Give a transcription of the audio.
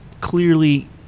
clearly